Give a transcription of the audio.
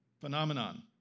phenomenon